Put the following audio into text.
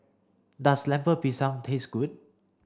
does Lemper Pisang taste good